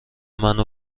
منو